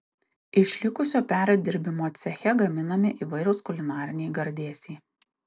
iš likusio perdirbimo ceche gaminami įvairūs kulinariniai gardėsiai